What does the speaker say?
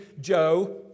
Joe